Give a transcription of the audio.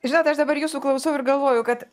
žinot aš dabar jūsų klausau ir galvoju kad